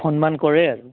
সন্মান কৰে আৰু